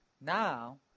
now